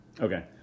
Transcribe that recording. Okay